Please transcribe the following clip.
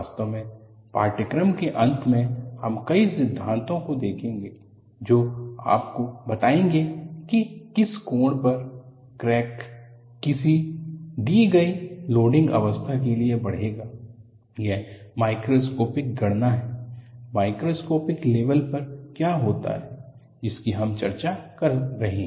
वास्तव में पाठ्यक्रम के अंत मे हम कई सिद्धांतों को देखेंगे जो आपको बताएंगे कि किस कोण पर क्रैक किसी दी गई लोडिंग अवस्था के लिए बढ़ेंगा यह मैक्रोस्कोपिक गणना है माइक्रोस्कोपिक लेवल पर क्या होता है जिसकी हम चर्चा कर रहे हैं